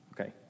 Okay